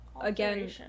again